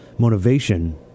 motivation